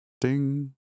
Ding